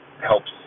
helps